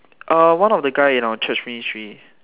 uh one of the guy in our church ministry